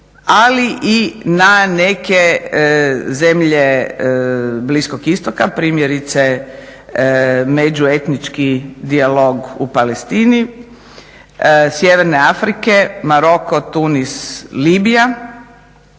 ali i na neke zemlje Bliskog Istoka, primjerice međuetnički dijalog u Palestini, Sjeverne Afrike, Marko, Tunis, Libija